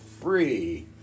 free